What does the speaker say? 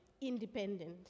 independent